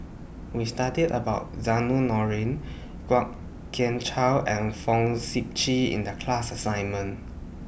We studied about Zainudin Nordin Kwok Kian Chow and Fong Sip Chee in The class assignment